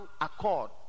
accord